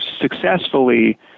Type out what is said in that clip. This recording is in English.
successfully